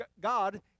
God